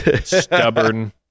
stubborn